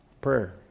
prayer